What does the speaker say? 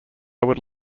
would